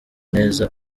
neza